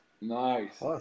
Nice